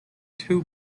two